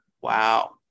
Wow